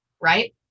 Right